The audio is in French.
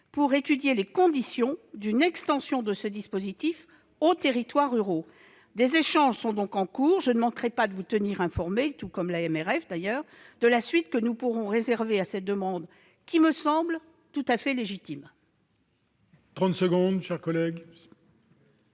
pour étudier les conditions d'une extension de ce dispositif aux territoires ruraux. Des échanges sont en cours. Je ne manquerai pas de vous tenir informé, tout comme l'AMRF d'ailleurs, de la suite que nous pourrons réserver à cette demande, qui me semble tout à fait légitime.